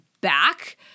back